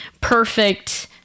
perfect